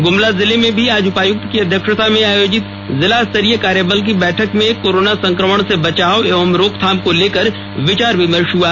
गुमला जिले में भी आज उपायुक्त की अध्यक्षता में आयोजित जिलास्तरीय कार्यबल की बैठक में कोरोना संक्रमण से बचाव एवं रोकथाम को लेकर विचार विमर्श हुआ